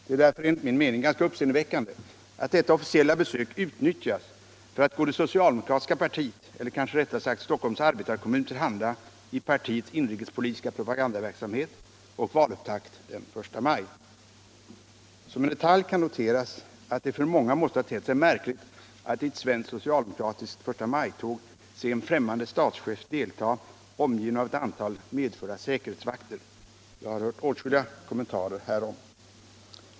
Det är därför enligt min mening ganska uppseendeväckande att detta officiella besök utnyttjas för att gå det socialdemokratiska partiet, eller kanske rättare sagt Stockholms arbetarekommun, till handa i partiets inrikespolitiska propagandaverksamhet och valupptakt den 1 maj. Som en detalj kan noteras att det för många måste ha tett sig märkligt att i ett svenskt socialdemokratiskt förstamajtåg se en främmande statschef delta omgiven av ett antal medförda säkerhetsvakter. Jag har hört åtskilliga kommentarer härom.